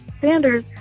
Sanders